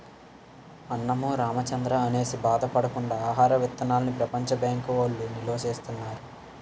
అన్నమో రామచంద్రా అనేసి బాధ పడకుండా ఆహార విత్తనాల్ని ప్రపంచ బ్యాంకు వౌళ్ళు నిలవా సేత్తన్నారు